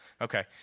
Okay